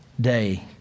day